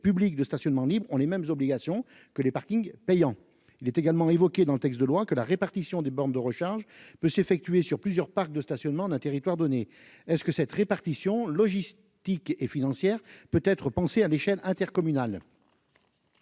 publics de stationnement libre ont les mêmes obligations que les parkings payants, il est également évoquée dans le texte de loi que la répartition des bornes de recharge peut s'effectuer sur plusieurs parcs de stationnement d'un territoire donné est-ce que cette répartition logistique et financière peut être penser à l'échelle intercommunale.